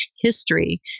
history